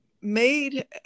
made